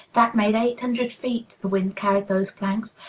that made eight hundred feet the wind carried those planks.